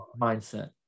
mindset